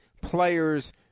players